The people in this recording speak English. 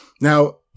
now